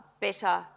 better